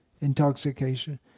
intoxication